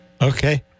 Okay